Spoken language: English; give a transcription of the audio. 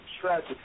tragic